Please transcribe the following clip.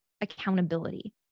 accountability